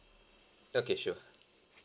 okay sure